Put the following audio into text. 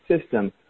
system